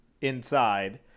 inside